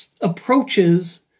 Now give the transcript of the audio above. approaches